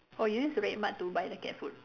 oh you use the Red Mart to buy the cat food